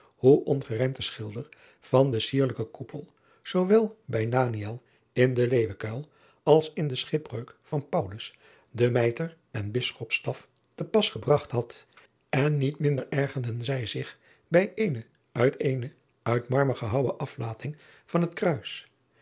hoe ongerijmd de schilder van den sierlijken koepel zoowel bij aniël in den eeuwenkuil als in de chipbreuk van aulus de ijter en isschopstaf te pas gebragt had en niet driaan oosjes zn et leven van aurits ijnslager minder ergerden zij zich bij eene uit eene uit marmer gehouwen aflating van het kruis